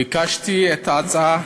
ביקשתי את ההצעה